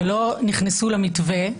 שלא נכנסו למתווה,